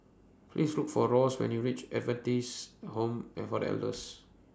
Please Look For Ross when YOU REACH Adventist Home and For Elders